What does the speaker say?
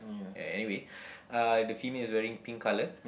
a~ anyway uh the female is wearing pink color